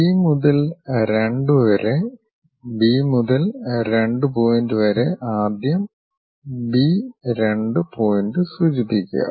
B മുതൽ 2 വരെ B മുതൽ 2 പോയിന്റ് വരെ ആദ്യം ബി 2 പോയിന്റ് സൂചിപ്പിക്കുക